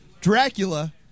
Dracula